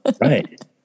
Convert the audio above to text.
Right